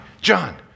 John